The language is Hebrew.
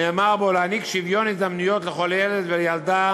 נאמר בו: להעניק שוויון הזדמנויות לכל ילד וילדה,